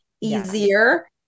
easier